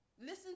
listen